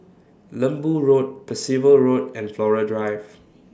Lembu Road Percival Road and Flora Drive